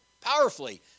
powerfully